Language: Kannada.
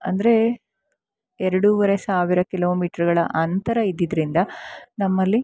ಅಂದರೆ ಎರಡುವರೆ ಸಾವಿರ ಕಿಲೋಮೀಟ್ರ್ಗಳ ಅಂತರ ಇದ್ದಿದ್ರಿಂದ ನಮ್ಮಲ್ಲಿ